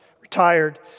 retired